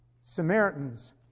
Samaritans